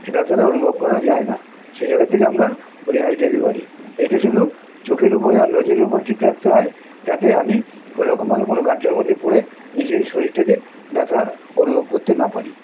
এই ব্যথাটা অনুভব করা যায় না সেই জায়গা থেকে আমরা রেহাই পেতে পারি এটা শুধু চোখের ওপরে আর নজরের উপর ঠিক রাখতে হয় তাতে আমি কোনোরকমভাবে কোনো গাড্ডার মধ্যে পড়ে নিজের শরীরটাকে ব্যথা অনুভব করতে না পারি